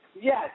Yes